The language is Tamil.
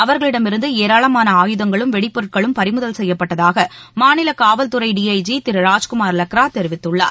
அவர்களிடமிருந்து ஏராளமான ஆயுதங்களும் வெடிப்பொருட்களும் பறிமுதல் செய்யப்பட்டதாக மாநில காவல்துறை டிஐஜி திரு ராஜ்குமார் லக்ரா தெரிவித்துள்ளார்